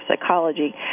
psychology